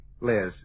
Liz